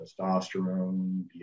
testosterone